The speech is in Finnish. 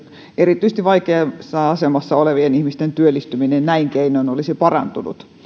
erityisesti vaikeassa asemassa olevien ihmisten työllistyminen näin keinoin olisi parantunut